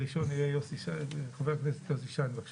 הראשון יהיה חבר הכנסת יוסי שיין, בבקשה.